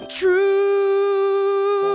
true